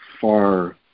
far